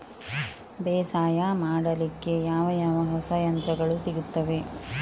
ಬೇಸಾಯ ಮಾಡಲಿಕ್ಕೆ ಯಾವ ಯಾವ ಹೊಸ ಯಂತ್ರಗಳು ಸಿಗುತ್ತವೆ?